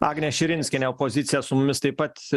agnė širinskienė opozicija su mumis taip pat